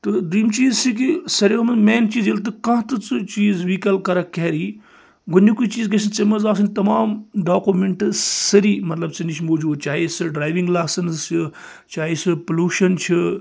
تہٕ دوٚیُم چیٖز چھُ کہِ سأرِوٕیَو منٛز مین چیٖز ییٚلہِ تہِ کانٛہہ تہِ ژٕ چیٖز ویکَل کَرَکھ کیری گۅڈنِکُے چیٖز گَژھِ ژےٚ منٛز آسُن تَمام ڈاکومینٹس سأری مَطلَب ژےٚ نِش موٗجوٗد چاہے سُہ ڈرَیوِنٛگ لاسنٕز چھِ چاہے سُہ پۅلوٗشَن چھُ